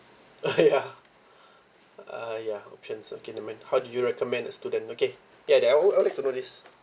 ya uh ya options okay never mind how do you recommend a student okay ya that u~ uh I'll like to know this